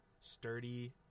sturdy